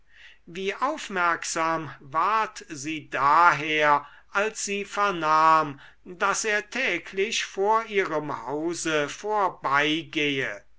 wie aufmerksam ward sie daher als sie vernahm daß er täglich vor ihrem hause vorbeigehe